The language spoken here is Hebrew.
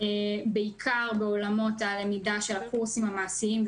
בעיקר באולמות הלמידה של הקורסים המעשיים,